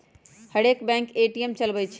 हरेक bank ATM चलबइ छइ